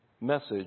Message